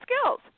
skills